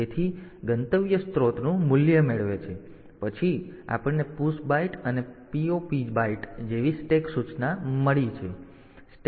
તેથી ગંતવ્ય સ્ત્રોતનું મૂલ્ય મેળવે છે પછી આપણને PUSH બાઈટ અને POP બાઈટ જેવી સ્ટેક સૂચનાઓ મળી છે